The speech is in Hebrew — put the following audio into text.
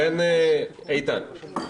איתן,